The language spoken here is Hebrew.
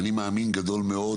ואני מאמין גדול מאוד